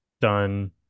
done